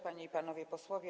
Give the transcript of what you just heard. Panie i Panowie Posłowie!